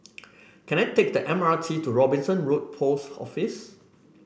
can I take the M R T to Robinson Road Post Office